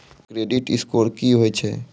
Credit score की होय छै?